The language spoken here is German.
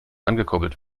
angekurbelt